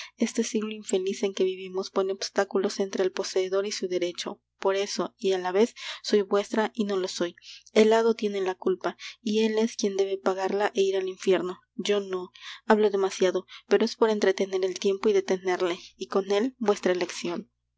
este siglo infeliz en que vivimos pone obstáculos entre el poseedor y su derecho por eso y á la vez soy vuestra y no lo soy el hado tiene la culpa y él es quien debe pagarla é ir al infierno yo no hablo demasiado pero es por entretener el tiempo y detenerle y con él vuestra eleccion